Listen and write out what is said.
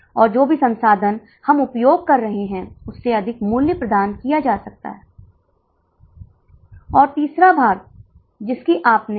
तो 80 गुना 108 छात्रों के लिए परिवर्तनीय लागत होगी इसलिए यह 1680 आती है